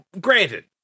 granted